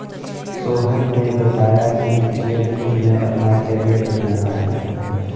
सोहन ने बताया कि उसे वित्त में अपना कैरियर बनाना है